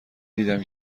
دیدم